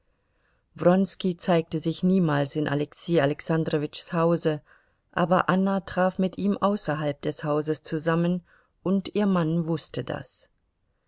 wronski zeigte sich niemals in alexei alexandrowitschs hause aber anna traf mit ihm außerhalb des hauses zusammen und ihr mann wußte das